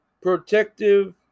protective